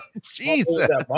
Jesus